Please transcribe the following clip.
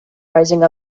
rising